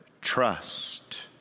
trust